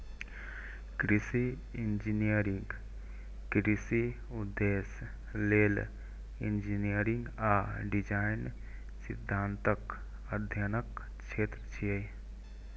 कृषि इंजीनियरिंग कृषि उद्देश्य लेल इंजीनियरिंग आ डिजाइन सिद्धांतक अध्ययनक क्षेत्र छियै